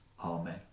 Amen